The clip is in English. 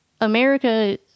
America